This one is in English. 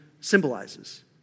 symbolizes